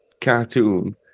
cartoon